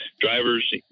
drivers